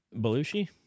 Belushi